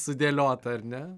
sudėliota ar ne